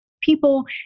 people